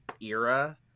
era